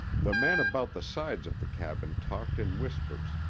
the men about the sides of the cabin talked in whispers,